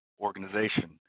organization